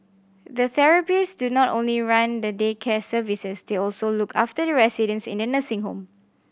the therapist do not only run the day care services they also look after the residents in the nursing home